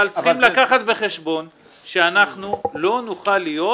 אבל צריכים לקחת בחשבון שאנחנו לא נוכל להיות